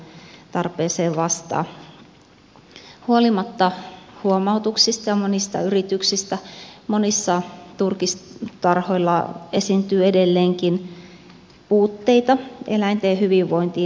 huolimatta huomautuksista ja monista yrityksistä monilla turkistarhoilla esiintyy edelleenkin puutteita eläinten hyvinvointiin liittyen